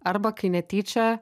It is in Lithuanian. arba kai netyčia